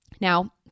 Now